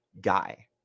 guy